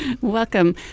Welcome